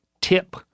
tip